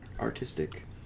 Artistic